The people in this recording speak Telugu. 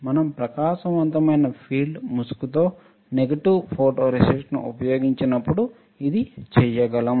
మనం ప్రకాశవంతమైన ఫీల్డ్ ముసుగుతో నెగటివ్ ఫోటోరేసిస్ట్ను ఉపయోగించినప్పుడు ఇది చేయగలము